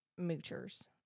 moochers